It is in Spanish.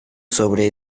sobre